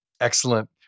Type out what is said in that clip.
Excellent